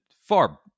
far